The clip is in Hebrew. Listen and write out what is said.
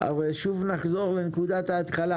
שוב נחזור לנקודת ההתחלה